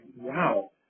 wow